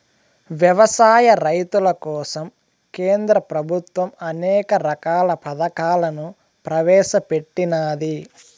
వ్యవసాయ రైతుల కోసం కేంద్ర ప్రభుత్వం అనేక రకాల పథకాలను ప్రవేశపెట్టినాది